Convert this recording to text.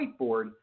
whiteboard